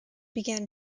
began